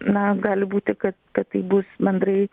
na gali būti kad kad tai bus bendrai